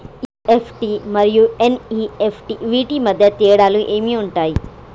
EFT మరియు NEFT వీటి మధ్య తేడాలు ఏమి ఉంటాయి?